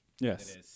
Yes